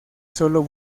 sólo